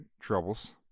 troubles